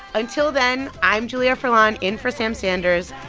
until then, i'm julia furlan in for sam sanders.